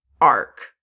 arc